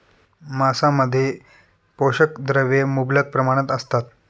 मांसामध्ये पोषक द्रव्ये मुबलक प्रमाणात असतात